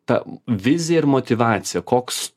ta vizija ir motyvacija koks